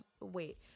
wait